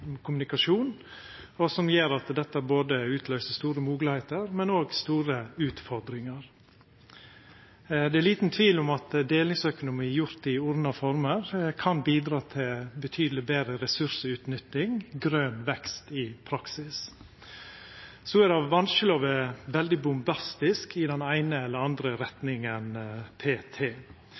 kommunikasjon, og som gjer at dette utløyser både store moglegheiter og store utfordringar. Det er liten tvil om at delingsøkonomi gjort i ordna former kan bidra til betydeleg betre ressursutnytting, grøn vekst i praksis. Så er det vanskeleg å vera veldig bombastisk i den eine eller andre retninga